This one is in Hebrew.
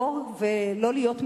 לחקור ולא להיות מאוימים.